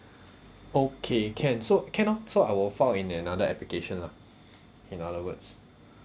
okay can so can ah so I will file in another application lah in other words